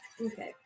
Okay